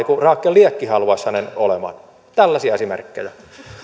kuin rakel liekki haluaisi hänen olevan tällaisia esimerkkejä